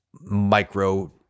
micro